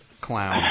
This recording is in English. clown